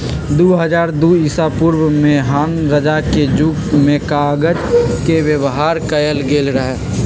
दू हज़ार दू ईसापूर्व में हान रजा के जुग में कागज के व्यवहार कएल गेल रहइ